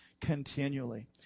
continually